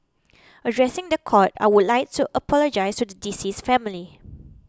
addressing the court I would like to apologise to the deceased's family